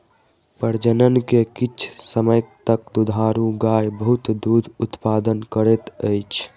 प्रजनन के किछ समय तक दुधारू गाय बहुत दूध उतपादन करैत अछि